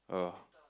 oh